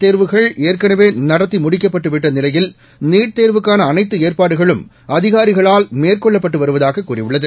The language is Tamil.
தேர்வுகள் ஏற்களவே நடத்தி முடிக்கப்பட்டுவிட்ட நிலையில் நீட் தேர்வுக்கான அனைத்து ஏற்பாடுகளும் அதிகாரிகளால் மேற்கொள்ளப்பட்டு வருவதாக கூறியுள்ளது